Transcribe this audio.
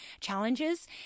challenges